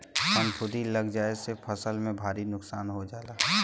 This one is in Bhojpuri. फफूंदी लग जाये से फसल के भारी नुकसान हो जाला